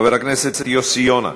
חבר הכנסת יוסי יונה,